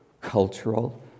cultural